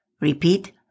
Repeat